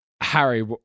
Harry